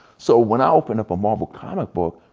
so when i open up a marvel comic book,